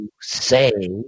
say